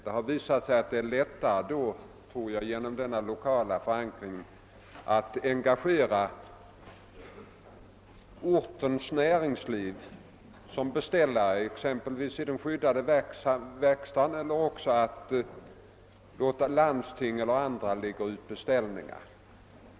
Det har visat sig att det genom denna lokala förankring är lättare att engagera ortens näringsliv som beställare i den skyddade verkstaden eller att låta landstingen och andra lägga ut beställningar.